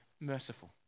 merciful